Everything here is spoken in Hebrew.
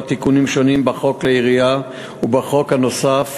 תיקונים שונים בחוק כלי הירייה ובחוק הנוסף